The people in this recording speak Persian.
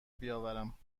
بیاورم